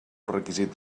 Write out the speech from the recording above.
requisit